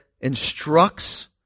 instructs